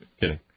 Kidding